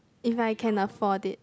if I can afford it